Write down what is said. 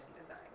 design